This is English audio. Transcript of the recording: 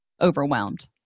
overwhelmed